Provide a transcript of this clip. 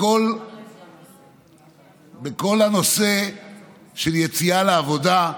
בכל הנושא של יציאה לעבודה,